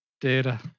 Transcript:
data